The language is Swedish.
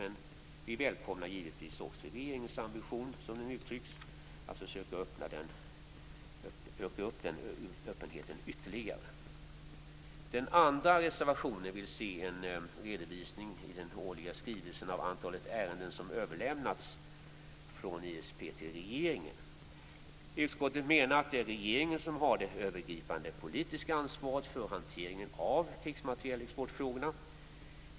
Men vi välkomnar givetvis också regeringens ambition att försöka öka den öppenheten ytterligare. I den andra reservationen vill man se en redovisning i den årliga skrivelsen av antalet ärenden som överlämnats från ISP till regeringen. Utskottet menar att det är regeringen som har det övergripande politiska ansvaret för hanteringen av frågorna om krigsmaterielexport.